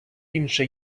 інше